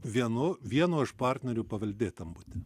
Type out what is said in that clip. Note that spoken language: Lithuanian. vienu vieno iš partnerių paveldėtam būte